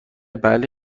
بله